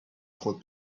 خود